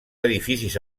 edificis